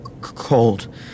cold